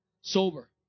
sober